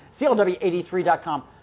CLW83.com